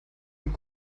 und